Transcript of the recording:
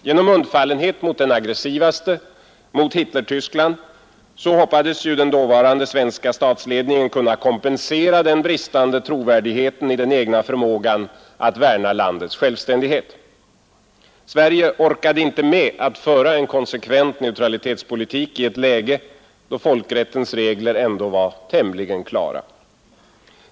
Genom undfallenhet mot den aggressivaste, mot Hitlertyskland, hoppades den dåvarande svenska statsledningen kunna kompensera den bristande trovärdigheten i den egna förmågan att värna landets självständighet. Sverige orkade inte med att föra en konsekvent neutralitetspolitik i ett läge där folkrättens regler ändå var tämligen klara.